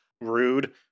rude